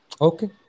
Okay